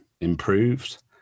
improved